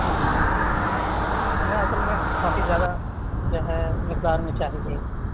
جی جی ہمیں اصل میں کافی زیادہ جو ہے مقدار میں چاہیے